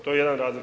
To je jedan razlog.